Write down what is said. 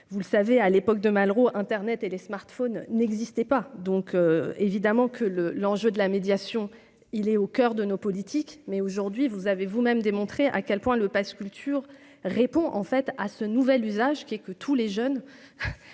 vous le savez, à l'époque de Malraux, internet et les smartphones n'existaient pas, donc évidemment que le l'enjeu de la médiation. Il est au coeur de nos politiques, mais aujourd'hui vous avez vous-même démontré à quel point le Pass culture répond en fait à ce nouvel usage qui est que tous les jeunes